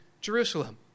Jerusalem